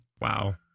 Wow